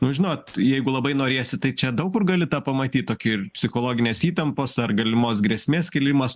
nu žinot jeigu labai norėsi tai čia daug kur gali tą pamatyt tokį psichologinės įtampos ar galimos grėsmės kėlimas